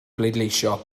bleidleisio